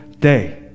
day